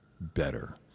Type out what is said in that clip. better